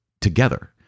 together